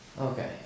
Okay